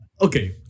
okay